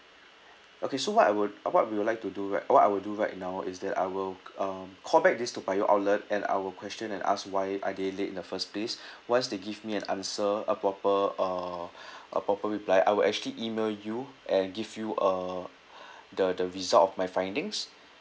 okay so I would uh what we would like to do right what I will do right now is that I will um call back this toa payoh outlet and I will question and ask why are they late in the first place once they give me an answer a proper uh a proper reply I will actually email you and give you a the the result of my findings